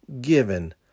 given